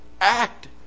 act